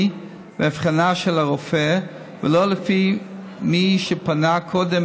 ואבחנה של הרופא ולא לפי מי שפנה קודם,